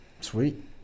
Sweet